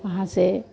यहाँ से